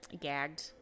gagged